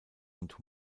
und